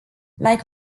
like